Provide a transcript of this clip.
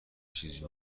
چیزی